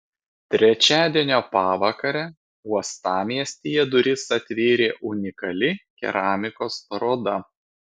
trečiadienio pavakarę uostamiestyje duris atvėrė unikali keramikos paroda